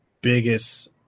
biggest